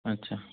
अच्छा